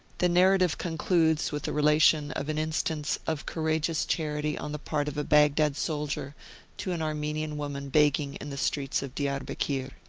the narrative concludes with the relation of an instance of courageous charity on the part of a baghdad soldier to an armenian woman begging in the streets of diarbekir.